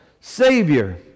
Savior